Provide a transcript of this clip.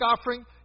offering